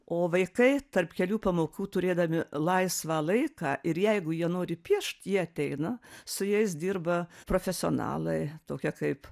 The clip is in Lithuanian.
o vaikai tarp kelių pamokų turėdami laisvą laiką ir jeigu jie nori piešt jie ateina su jais dirba profesionalai tokie kaip